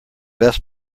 best